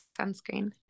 sunscreen